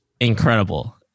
Incredible